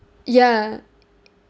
ya